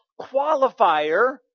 qualifier